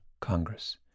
Congress